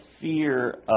fear